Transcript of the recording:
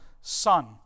son